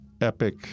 epic